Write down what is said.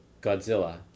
Godzilla